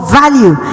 value